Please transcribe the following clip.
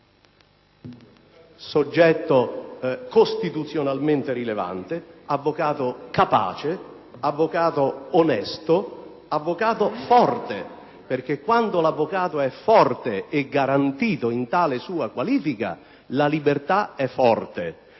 soggetto costituzionalmente rilevante: avvocato capace, onesto, forte. Quando l'avvocato è forte e garantito in tale sua qualifica, la libertà è forte;